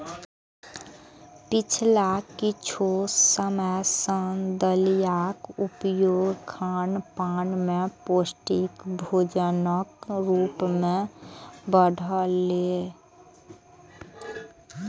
पिछला किछु समय सं दलियाक उपयोग खानपान मे पौष्टिक भोजनक रूप मे बढ़लैए